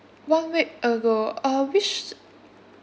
one week ago uh which